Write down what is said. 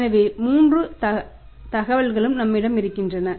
எனவே மூன்று தகவல்களும் நம்மிடம் இருக்கின்றன